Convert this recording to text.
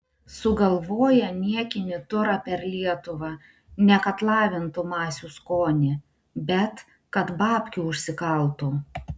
sugalvoja niekinį turą per lietuvą ne kad lavintų masių skonį bet kad babkių užsikaltų